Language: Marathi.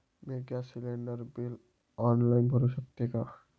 मी गॅस सिलिंडर बिल ऑनलाईन भरु शकते का?